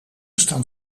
staan